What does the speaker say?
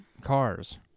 cars